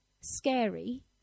scary